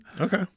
Okay